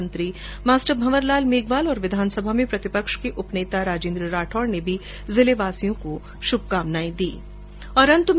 मंत्री मास्टर भंवरलाल मेघवाल और विधानसभा में प्रतिपक्ष के उपनेता राजेन्द्र राठौड़ ने जिलेवासियों को दीपावली की शुभकामनाएं दीं